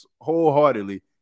wholeheartedly